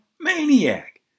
maniac